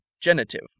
genitive